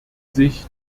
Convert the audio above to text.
sich